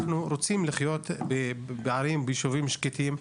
אנחנו רוצים לחיות בערים וביישובים שקטים.